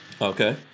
Okay